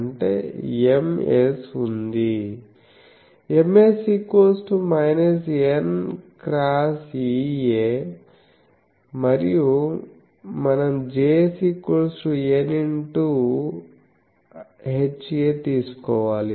అంటే Ms ఉంది Ms n x Ea మరియు మనం Js n x Ha తీసుకోవాలి